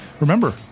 remember